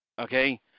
Okay